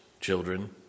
children